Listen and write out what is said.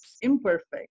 imperfect